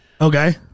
Okay